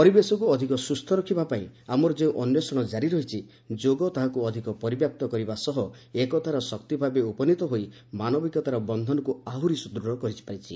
ପରିବେଶକୁ ଅଧିକ ସୁସ୍ଥ ରଖିବାପାଇଁ ଆମର ଯେଉଁ ଅନ୍ୱେଷଣ ଜାରି ରହିଛି ଯୋଗ ତାହାକୁ ଅଧିକ ପରିବ୍ୟାପ୍ତ କରିବା ସହ ଏକତାର ଶକ୍ତି ଭାବେ ଉପନୀତ ହୋଇ ମାନବିକତାର ବନ୍ଧନକୁ ଆହୁରି ସୁଦୃଢ଼ କରିପାରିଛି